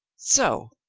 so.